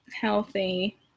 healthy